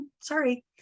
sorry